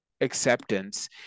acceptance